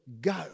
go